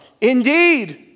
Indeed